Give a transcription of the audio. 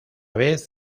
vez